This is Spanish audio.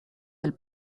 del